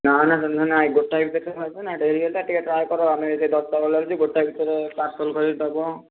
ନା ନା ନାଇଁ ଗୋଟାଏ ଭିତରେ ଦେବ ନାଇଁ ଡ଼େରି ହେଲେ ଟିକିଏ ଟ୍ରାଏ କର ଆମେ ସେ ଦଶଟା ବେଳେ ଯିବୁ ଗୋଟାଏ ଭିତରେ ପାର୍ସଲ୍ କରିଦେବ